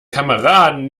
kameraden